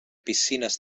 piscines